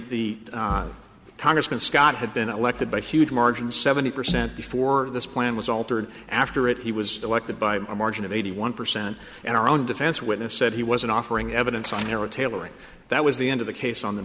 the congressman scott had been elected by a huge margin seventy percent before this plan was altered after it he was elected by a margin of eighty one percent and our own defense witness said he wasn't offering evidence on their own tailoring that was the end of the case on the